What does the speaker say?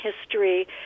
history